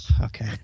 Okay